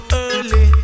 early